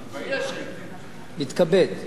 מתכבד, אתה אומר,